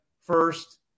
first